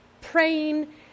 praying